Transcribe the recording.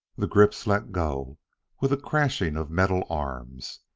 the grips let go with a crashing of metal arms.